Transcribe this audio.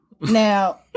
Now